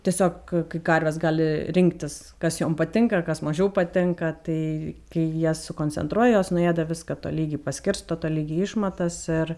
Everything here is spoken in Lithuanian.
tiesiog kai karvės gali rinktis kas jom patinka ar kas mažiau patinka tai kai jie sukoncentruoja jos nuėda viską tolygiai paskirsto tolygiai išmatas ir